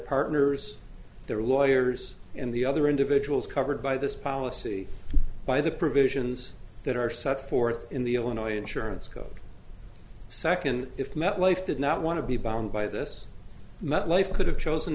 partners their lawyers and the other individuals covered by this policy by the provisions that are set forth in the illinois insurance code second if metlife did not want to be bound by this and that life could have chosen